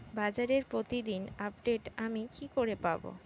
বাজারের প্রতিদিন আপডেট আমি কি করে পাবো?